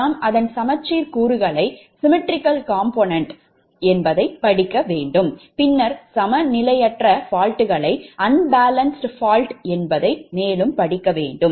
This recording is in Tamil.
நாம் அதன் சமச்சீர் கூறுகளைப் படிக்க வேண்டும் பின்னர் சமநிலையற்ற faultகளைப் படிக்க வேண்டும்